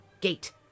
Gate